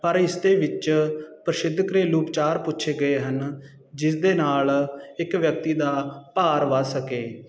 ਪਰ ਇਸ ਦੇ ਵਿੱਚ ਪ੍ਰਸਿੱਧ ਘਰੇਲੂ ਉਪਚਾਰ ਪੁੱਛੇ ਗਏ ਹਨ ਜਿਸ ਦੇ ਨਾਲ ਇੱਕ ਵਿਅਕਤੀ ਦਾ ਭਾਰ ਵੱਧ ਸਕੇ